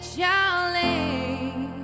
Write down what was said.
Charlie